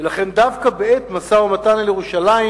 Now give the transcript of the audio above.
ולכן דווקא בעת משא-ומתן על ירושלים